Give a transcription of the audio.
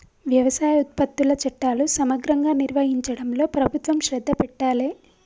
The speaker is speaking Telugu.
వ్యవసాయ ఉత్పత్తుల చట్టాలు సమగ్రంగా నిర్వహించడంలో ప్రభుత్వం శ్రద్ధ పెట్టాలె